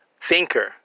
thinker